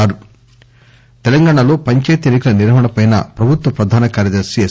ఆదిలాబాద్ తెలంగాణా లో పంచాయతీ ఎన్ని కల నిర్వహణపై ప్రభుత్వ ప్రధాన కార్యదర్శి ఎస్